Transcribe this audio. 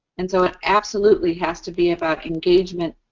and so, it absolutely has to be about engagement,